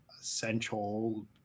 essential